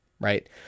right